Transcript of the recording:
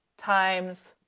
times